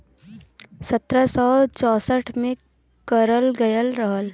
सत्रह सौ चौंसठ में करल गयल रहल